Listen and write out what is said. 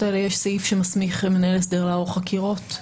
האלה יש סעיף שמסמיך מנהל הסדר לערוך חקירות?